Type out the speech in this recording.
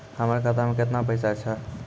हमर खाता मैं केतना पैसा छह?